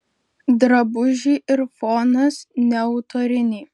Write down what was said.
drabužiai ir fonas neautoriniai